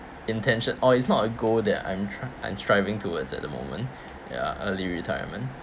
intention or it's not a goal that I'm tr~ I'm striving towards at the moment ya early retirement